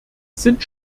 sind